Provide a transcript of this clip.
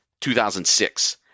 2006